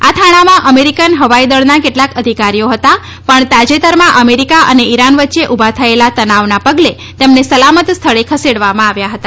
આ થાણામાં અમેરિકન હવાઈદળના કેટલાક અધિકારીઓ હતા પણ તાજેતરમાં અમેરિકા અને ઈરાન વચ્ચે ઉભા થયેલા તનાવના પગલે તેમને સલામત સ્થળે ખસેડવામાં આવ્યા હતા